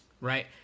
right